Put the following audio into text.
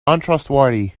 untrustworthy